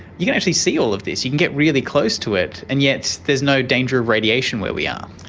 you can actually see all of this, you can get really close to it, and yet there is no danger of radiation where we are.